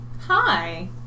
Hi